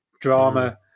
drama